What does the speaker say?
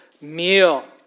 meal